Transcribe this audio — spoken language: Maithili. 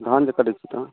धान जे करै छियै तऽ